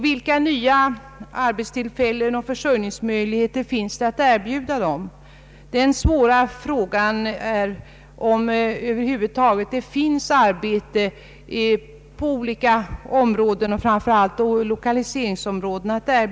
Vilka nya arbetstillfällen och försörjningsmöjligheter finns då att erbjuda dem? Den svåra frågan är om det över huvud taget finns arbete att erbjuda i olika delar av landet och framför allt inom lokaliseringsområdena.